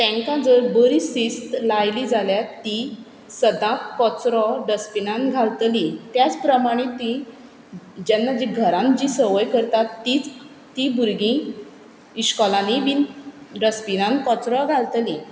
तेंकां जर बरी शिस्त लायली जाल्यार तीं सदांच कचरो डस्टबिनान घालतली त्याच प्रमाणें तीं जेन्ना जीं घरांत जीं संवय करतात तीच तीं भुरगीं इस्कोलानींय बी डस्टबिनान कचरो घालतली